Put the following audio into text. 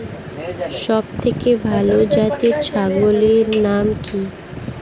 সবথেকে ভালো জাতের ছাগলের নাম কি?